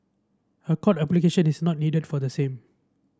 a court application is not needed for the same